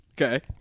Okay